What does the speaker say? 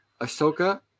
Ahsoka